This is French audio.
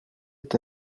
est